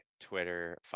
Twitter